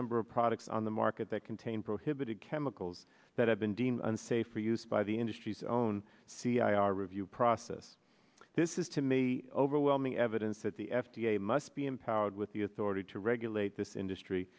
number of products on the market that contain prohibited chemicals that have been deemed unsafe for use by the industry's own c r review process this is to me the overwhelming evidence that the f d a must be empowered with the authority to regulate this industry